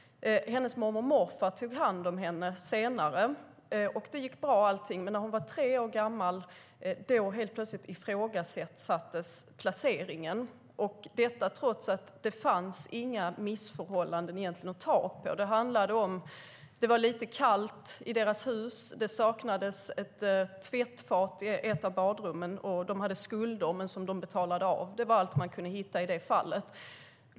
Hennes mormor och morfar tog senare hand om henne. Allt gick bra, men när hon var tre år gammal ifrågasattes plötsligt placeringen trots att det inte var fråga om några missförhållanden. Det var lite kallt i huset, det saknades ett tvättfat i ett av badrummen och de hade skulder som de betalade av på. Det var allt som kunde hittas i det fallet.